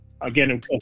again